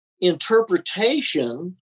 interpretation